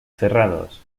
cerrados